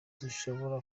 dushobora